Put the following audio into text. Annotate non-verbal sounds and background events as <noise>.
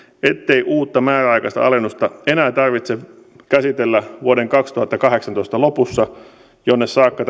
ettei uutta määräaikaista alennusta enää tarvitse käsitellä vuoden kaksituhattakahdeksantoista lopussa jonne saakka <unintelligible>